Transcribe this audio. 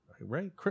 Right